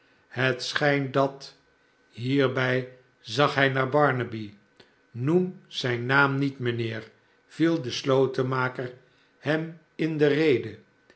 het schijnt dat hierbij zag hij naar barnaby noem zijn naam niet mijnheer viel de slotenmaker hem in de rede